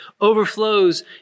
overflows